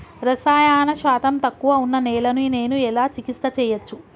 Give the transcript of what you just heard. రసాయన శాతం తక్కువ ఉన్న నేలను నేను ఎలా చికిత్స చేయచ్చు?